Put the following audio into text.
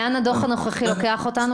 לאילו שנים הדוח הנוכחי לוקח אותנו?